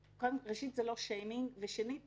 שראשית, זה לא שיימינג, ושנית ,